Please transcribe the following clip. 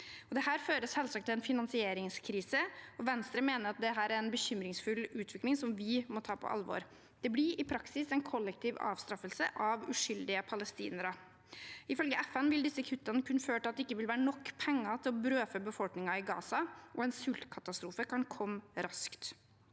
Dette fører selvsagt til en finansieringskrise, og Venstre mener det er en bekymringsfull utvikling som vi må ta på alvor. Det blir i praksis en kollektiv avstraffelse av uskyldige palestinere. Ifølge FN vil disse kuttene kunne føre til at det ikke vil være nok penger til å brødfø befolkningen i Gaza, og en sultkatastrofe kan komme raskt.